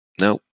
No